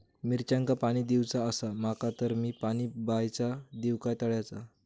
मिरचांका पाणी दिवचा आसा माका तर मी पाणी बायचा दिव काय तळ्याचा?